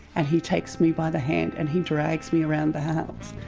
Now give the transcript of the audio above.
and he takes me by the hand and he drags me around the house.